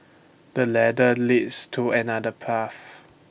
this ladder leads to another path